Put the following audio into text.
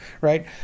right